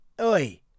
Oi